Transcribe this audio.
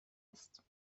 است